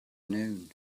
known